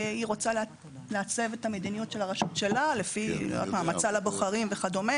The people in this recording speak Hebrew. והיא רוצה לעצב את המדיניות של הרשות שלה לפי המצע לבוחרים וכו'.